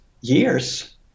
years